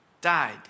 Died